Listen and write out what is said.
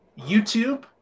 YouTube